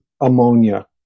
ammonia